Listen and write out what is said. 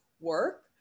work